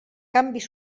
canvis